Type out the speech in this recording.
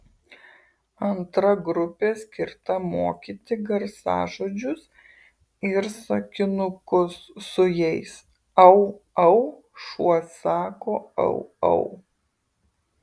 antra grupė skirta mokyti garsažodžius ir sakinukus su jais au au šuo sako au au